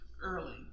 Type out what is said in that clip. early